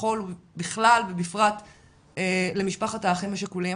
השכול בכלל ובפרט למשפחת האחים השכולים